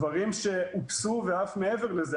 דברים שאופסו ואף מעבר לזה,